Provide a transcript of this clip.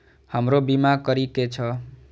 हमरो बीमा करीके छः?